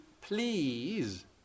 please